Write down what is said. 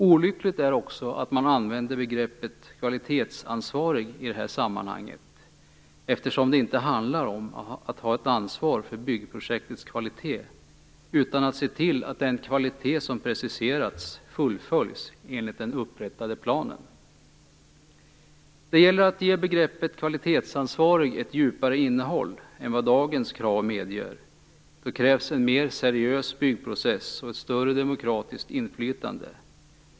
Olyckligt är också att man använder begreppet kvalitetsansvarig i det här sammanhanget eftersom det inte handlar om att ha ansvar för byggprojektets kvalitet utan att se till att den kvalitet som preciserats fullföljs enligt den upprättade planen. Det gäller att ge begreppet kvalitetsansvarig ett djupare innehåll än vad dagens krav medger. Då krävs en mer seriös byggprocess och ett större demokratiskt inflytande.